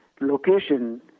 location